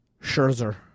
Scherzer